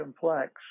complex